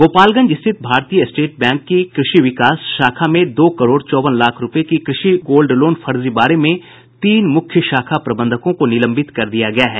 गोपालगंज स्थित भारतीय state bank की कृषि विकास शाखा में दो करोड़ चौवन लाख रूपये के कृषि गोल्ड लोन फर्जीवाड़े में तीन मुख्य शाखा प्रबंधकों को निलंबित कर दिया गया है